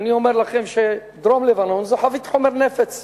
אני אומר לכם שדרום-לבנון זה חבית חומר נפץ.